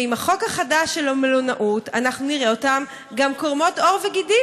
ועם החוק החדש של המלונאות אנחנו נראה אותן גם קורמות עור וגידים,